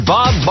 Bob